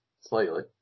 slightly